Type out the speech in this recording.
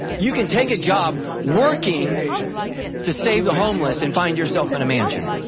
you can take a job working to save the homeless and find yourself in a mansion.